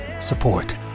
Support